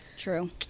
True